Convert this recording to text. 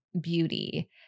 beauty